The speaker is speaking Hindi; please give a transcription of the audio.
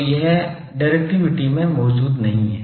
तो यह डिरेक्टिविटी में मौजूद नहीं है